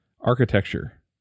architecture